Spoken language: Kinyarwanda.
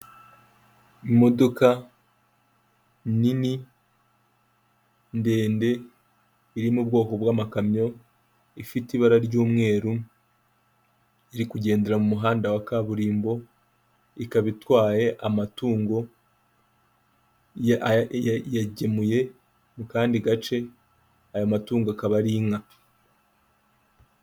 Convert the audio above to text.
Imodoka nini ndende iri mu bwoko bw'amakamyo, ifite ibara ry'umweru, iri kugendera mu muhanda wa kaburimbo, ikaba itwaye amatungo iyagemuye mu kandi gace, ayo matungo akaba ari inka.